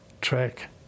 track